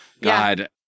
God